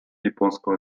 японского